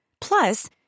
Plus